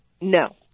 No